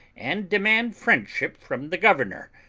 and demand friendship from the governor,